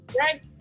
right